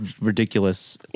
ridiculous